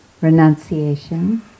renunciation